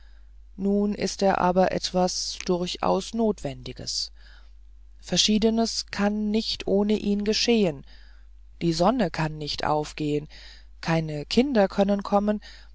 nun ist er aber etwas durchaus notwendiges verschiedenes kann ohne ihn nicht geschehen die sonne kann nicht aufgehen keine kinder können kommen